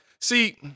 see